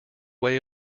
way